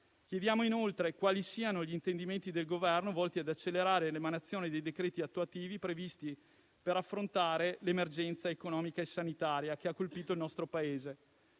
Chiediamo inoltre quali siano gli intendimenti del Governo volti ad accelerare l'emanazione dei decreti attuativi previsti per affrontare l'emergenza economica e sanitaria che ha colpito il nostro Paese.